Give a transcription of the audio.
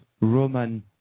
Roman